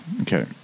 Okay